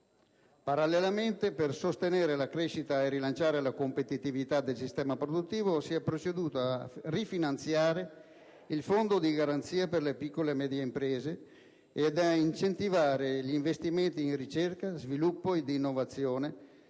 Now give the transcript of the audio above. Parallelamente, per sostenere la crescita e rilanciare la competitività del sistema produttivo, si è proceduto a rifinanziare il Fondo di garanzia per le piccole e medie imprese e ad incentivare gli investimenti in ricerca, sviluppo e innovazione;